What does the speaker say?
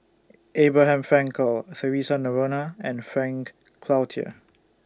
Abraham Frankel Theresa Noronha and Frank Cloutier